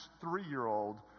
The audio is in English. three-year-old